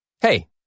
Hey